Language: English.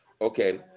okay